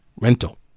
Rental